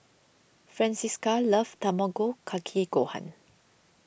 Francisca loves Tamago Kake Gohan